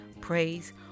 Praise